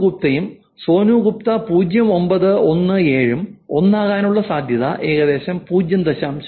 സോനു ഗുപ്തയും സോനു ഗുപ്ത0917 ഉം ഒന്നാകാനുള്ള സാധ്യത ഏകദേശം 0